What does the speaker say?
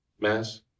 mass